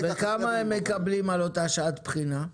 וכמה הם מקבלים על אותה שעת הבחינה?